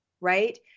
right